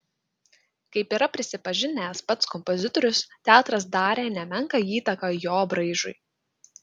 kaip yra prisipažinęs pats kompozitorius teatras darė nemenką įtaką jo braižui